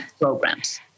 programs